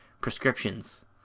prescriptions